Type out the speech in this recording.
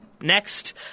next